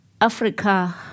Africa